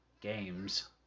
games